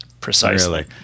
Precisely